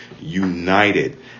united